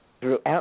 Throughout